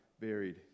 buried